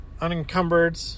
Unencumbered